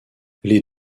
les